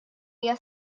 hija